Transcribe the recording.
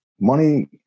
money